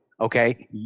Okay